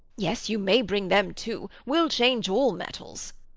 yes, you may bring them too we'll change all metals.